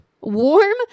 warm